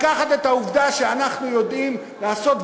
לקחת את העבודה שאנחנו יודעים לעשות,